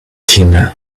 tina